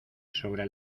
sobre